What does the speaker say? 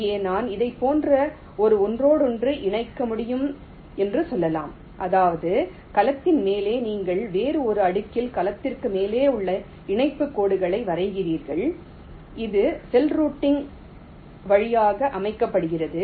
இங்கே நீங்கள் இதைப் போன்ற ஒரு ஒன்றோடொன்று இணைக்க முடியும் என்று சொல்லலாம் அதாவது கலத்தின் மேலே நீங்கள் வேறு ஒரு அடுக்கில் கலத்திற்கு மேலே உள்ள இணைப்புக் கோடுகளை வரைகிறீர்கள் இது செல் ரூட்டிங் வழியாக அழைக்கப்படுகிறது